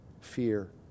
fear